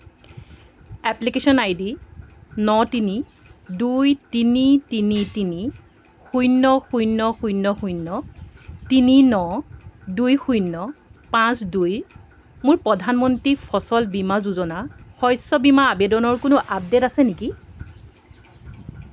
application I D ন তিনি দুই তিনি তিনি তিনি শূন্য শূন্য শূন্য শূন্য তিনি ন দুই শূন্য পাঁচ দুইৰ মোৰ প্ৰধানমন্ত্ৰী ফচল বীমা যোজনা শস্য বীমা আবেদনৰ কোনো আপডে'ট আছে নেকি